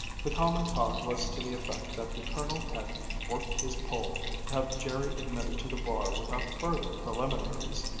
the common talk was to the effect that the colonel had worked his pull to have jerry admitted to the bar without further preliminaries.